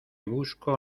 busco